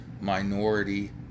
minority